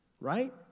right